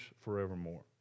forevermore